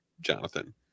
Jonathan